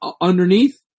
underneath